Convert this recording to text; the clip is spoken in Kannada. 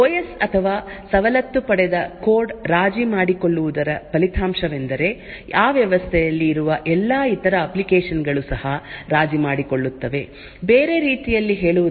ಓಯಸ್ ಅಥವಾ ಸವಲತ್ತು ಪಡೆದ ಕೋಡ್ ರಾಜಿ ಮಾಡಿಕೊಳ್ಳುವುದರ ಫಲಿತಾಂಶವೆಂದರೆ ಆ ವ್ಯವಸ್ಥೆಯಲ್ಲಿ ಇರುವ ಎಲ್ಲಾ ಇತರ ಅಪ್ಲಿಕೇಶನ್ ಗಳು ಸಹ ರಾಜಿ ಮಾಡಿಕೊಳ್ಳುತ್ತವೆ ಬೇರೆ ರೀತಿಯಲ್ಲಿ ಹೇಳುವುದಾದರೆ ಇಡೀ ಸಿಸ್ಟಮ್ ರಾಜಿ ಮಾಡಿಕೊಳ್ಳುತ್ತದೆ